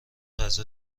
غذا